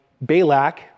Balak